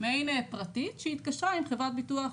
מעין פרטית שהתקשרה עם חברת ביטוח.